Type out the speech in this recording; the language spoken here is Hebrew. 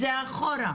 אתה שם את זה אחורה.